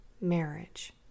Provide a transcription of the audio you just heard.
marriage